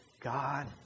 God